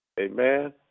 Amen